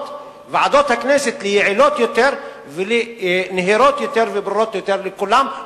ועדות הכנסת ליעילות יותר ולנהירות יותר וברורות יותר לכולם,